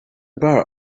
burr